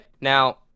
Now